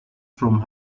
from